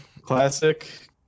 Classic